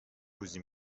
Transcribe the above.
روزی